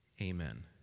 Amen